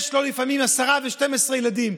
יש לו לפעמים 10 ו-12 ילדים.